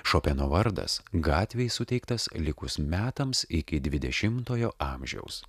šopeno vardas gatvei suteiktas likus metams iki dvidešimtojo amžiaus